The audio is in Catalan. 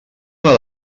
una